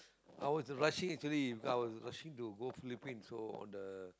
I was rushing actually because I was rushing to go Philippine so on the